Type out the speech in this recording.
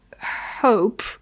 hope